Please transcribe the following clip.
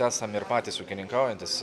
esam ir patys ūkininkaujantys